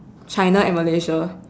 China and Malaysia